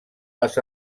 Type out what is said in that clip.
les